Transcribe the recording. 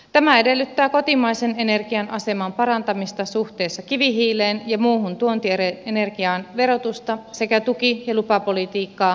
tämä edellyttää kotimaisen energian aseman parantamista suhteessa kivihiileen ja muuhun tuontienergiaan verotusta sekä tuki ja lupapolitiikkaa järkeistämällä